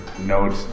notes